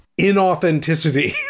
inauthenticity